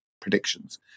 predictions